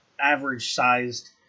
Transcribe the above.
average-sized